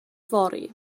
yfory